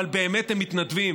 אבל באמת הם מתנדבים,